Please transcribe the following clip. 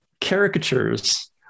caricatures